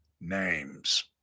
names